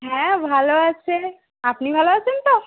হ্যাঁ ভালো আছে আপনি ভালো আছেন তো